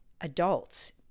adults